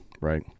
right